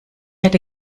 hätte